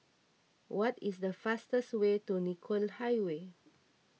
what is the fastest way to Nicoll Highway